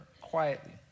quietly